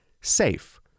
SAFE